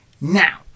Now